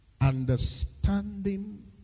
understanding